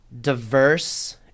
diverse